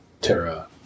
Terra